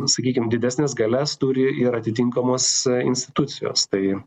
sakykim didesnes galias turi ir atitinkamos institucijos tai